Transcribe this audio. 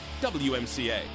wmca